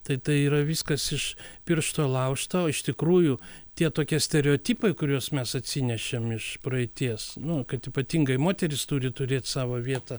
tai tai yra viskas iš piršto laužta o iš tikrųjų tie tokie stereotipai kuriuos mes atsinešėm iš praeities nu kad ypatingai moterys turi turėt savo vietą